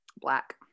Black